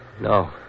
No